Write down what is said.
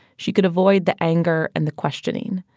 she could avoid the anger and the questioning.